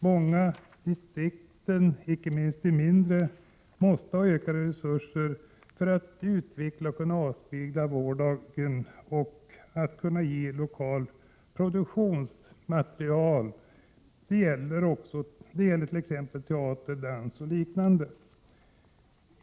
Många distrikt, inte minst de mindre, måste ha ökade resurser för att utveckla och för att kunna avspegla vardagen och ge lokalt produktionsmaterial. Det gäller t.ex. teater, dans och liknande.